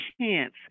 chance